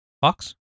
Fox